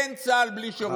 אין צה"ל בלי שירות נשים.